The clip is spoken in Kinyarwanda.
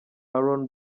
aaron